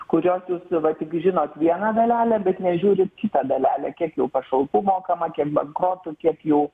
kurios jūs va tik žinot vieną dalelę bet nežiūrit kitą dalelę kiek jau pašalpų mokama kiek banknotų kiek jau